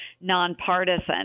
nonpartisan